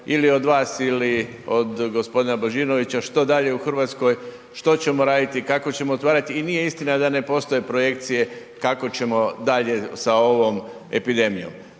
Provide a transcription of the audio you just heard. ili od vas ili od g. Božinovića, što dalje u Hrvatskoj? Što ćemo raditi, kako ćemo otvarati i nije istina da ne postoje projekcije kako ćemo dalje sa ovom epidemijom.